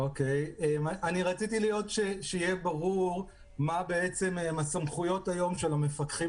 רציתי שיהיה ברור מהן הסמכויות היום של המפקחים